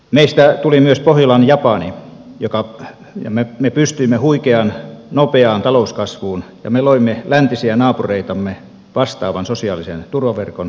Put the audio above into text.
meistä tuli myös pohjolan japani ja me pystyimme huikean nopeaan talouskasvuun ja me loimme läntisiä naapureitamme vastaavan sosiaalisen turvaverkon parissakymmenessä vuodessa